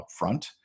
upfront